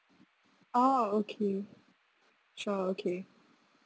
oh okay sure okay